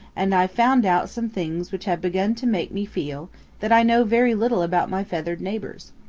and i've found out some things which have begun to make me feel that i know very little about my feathered neighbors.